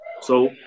So-